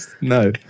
no